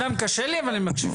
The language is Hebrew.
אומנם קשה לי אבל אני מקשיב.